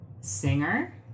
singer